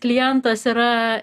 klientas yra